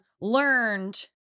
learned